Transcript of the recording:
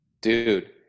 Dude